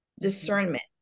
discernment